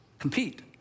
compete